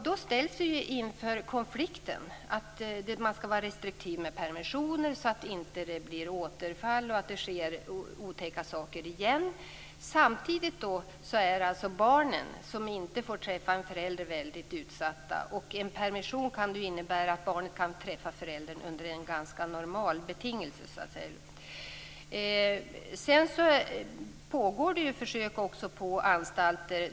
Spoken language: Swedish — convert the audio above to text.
Då ställs vi inför en konflikt när det gäller detta med att vara restriktiv med permissioner så att det inte blir återfall och så att det inte sker otäcka saker igen. Samtidigt är de barn som inte får träffa en förälder väldigt utsatta. En permission kan ju innebära att barnet kan träffa föräldern under ganska normala betingelser. Det pågår försök ute på anstalterna.